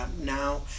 now